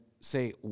Say